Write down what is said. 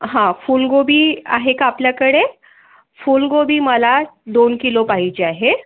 हं फूलगोबी आहे का आपल्याकडे फूलगोबी मला दोन किलो पाहिजे आहे